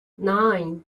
nine